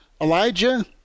Elijah